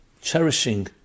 cherishing